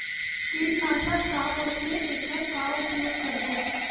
कीटनाशक का होथे एखर का उपयोग करबो?